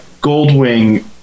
Goldwing